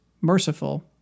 merciful